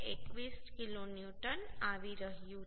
21 kilonewton આવી રહ્યું છે